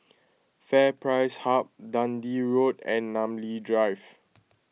FairPrice Hub Dundee Road and Namly Drive